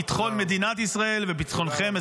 ביטחון מדינת ישראל וביטחונכם,